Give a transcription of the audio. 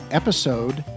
episode